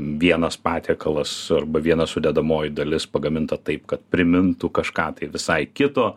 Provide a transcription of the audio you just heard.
vienas patiekalas arba viena sudedamoji dalis pagaminta taip kad primintų kažką tai visai kito